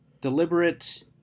deliberate